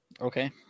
Okay